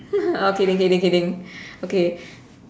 kidding kidding kidding okay